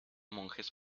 monjes